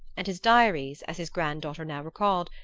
and his diaries, as his granddaughter now recalled,